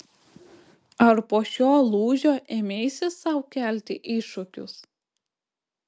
ar po šio lūžio ėmeisi sau kelti iššūkius